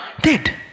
Dead